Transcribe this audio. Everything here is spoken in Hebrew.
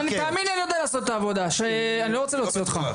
תאמין לי אני יודע לעשות את העבודה אני לא רוצה להוציא אותך.